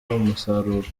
umusaruro